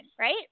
right